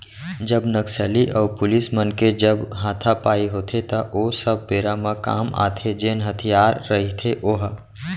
जब नक्सली अऊ पुलिस मन के जब हातापाई होथे त ओ सब बेरा म काम आथे जेन हथियार रहिथे ओहा